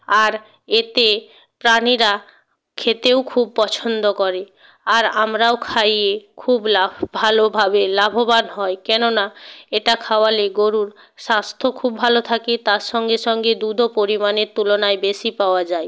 আর এতে প্রাণীরা খেতেও খুব পছন্দ করে আর আমরাও খাইয়ে খুব ভালোভাবে লাভবান হই কেননা এটা খাওয়ালে গরুর স্বাস্থ্য খুব ভালো থাকে তার সঙ্গে সঙ্গে দুধও পরিমাণের তুলনায় বেশি পাওয়া যায়